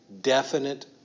definite